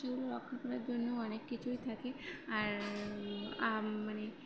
সেগুলো রক্ষা করার জন্য অনেক কিছুই থাকে আর মানে